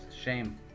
shame